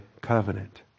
covenant